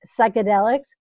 psychedelics